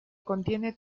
contiene